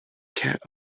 cat